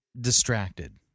distracted